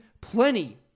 plenty